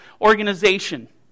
organization